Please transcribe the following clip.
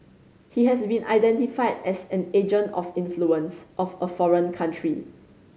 he has been identified as an agent of influence of a foreign country